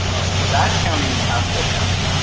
all right, so that county is haskell county.